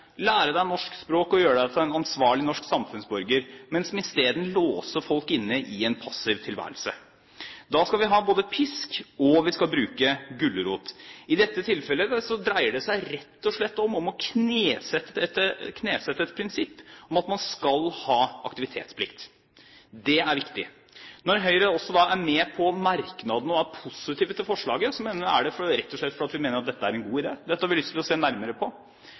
lære deg norsk språk, og gjøre deg til en ansvarlig norsk samfunnsborger – isteden låser man folk inne i en passiv tilværelse. Da skal vi ha både pisk og gulrot. I dette tilfellet dreier det seg rett og slett om å knesette et prinsipp om at man skal ha aktivitetsplikt. Det er viktig. Når Høyre også er med på merknaden og er positiv til forslaget, er det rett og slett fordi vi mener at det er en god idé, dette har vi lyst til å se nærmere på.